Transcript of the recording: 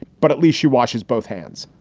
but at least she washes both hands.